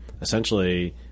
essentially